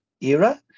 era